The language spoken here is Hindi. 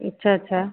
अच्छा अच्छा